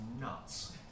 nuts